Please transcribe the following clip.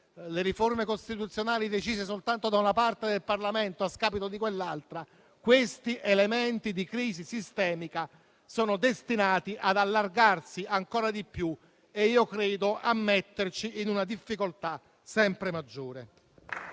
le riforme costituzionali decise soltanto da una parte del Parlamento a scapito dell'altra, questi elementi di crisi sistemica saranno destinati ad allargarsi ancora di più e a metterci in una difficoltà sempre maggiore.